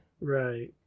Right